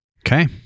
Okay